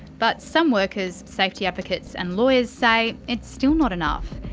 but some workers, safety advocates and lawyers say it's still not enough.